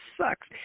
sucks